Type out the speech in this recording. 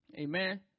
amen